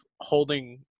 holding